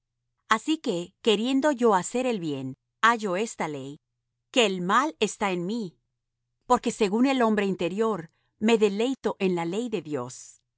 así que queriendo yo hacer el bien hallo esta ley que el mal está en mí porque según el hombre interior me deleito en la ley de dios